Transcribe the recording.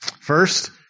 First